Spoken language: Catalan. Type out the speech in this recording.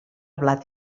blat